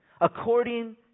according